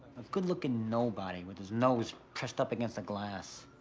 good-looking nobody, with his nose pressed up against the glass.